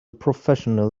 professional